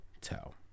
tell